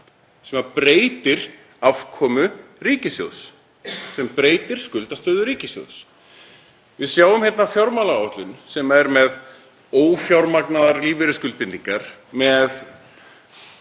sem breytir afkomu ríkissjóðs, sem breytir skuldastöðu ríkissjóðs. Við sjáum hérna fjármálaáætlun sem er með ófjármagnaðar lífeyrisskuldbindingar, með